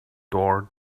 door